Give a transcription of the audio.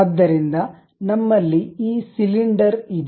ಆದ್ದರಿಂದ ನಮ್ಮಲ್ಲಿ ಈ ಸಿಲಿಂಡರ್ ಇದೆ